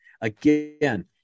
again